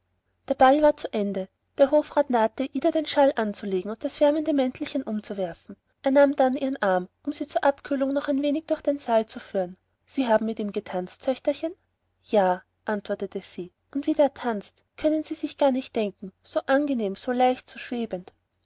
der ball war zu ende der hofrat nahte ida den schal anzulegen und das wärmende mäntelchen umzuwerfen er nahm dann ihren arm um sie zur abkühlung noch ein wenig durch den saal zu führen sie haben mit ihm getanzt töchterchen ja antwortete sie und wie der tanzt können sie sich gar nicht denken so angenehm so leicht so schwebend